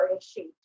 sheet